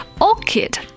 Orchid